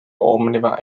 omniva